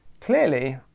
Clearly